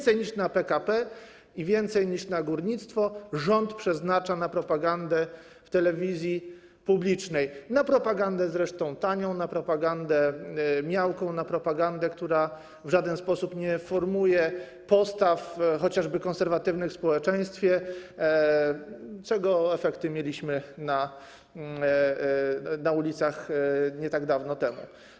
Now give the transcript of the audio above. Więcej niż na PKP i więcej niż na górnictwo rząd przeznacza na propagandę w telewizji publicznej, na propagandę zresztą tanią, na propagandę miałką, na propagandę, która w żaden sposób nie formuje chociażby postaw konserwatywnych w społeczeństwie, czego efekty mieliśmy na ulicach nie tak dawno temu.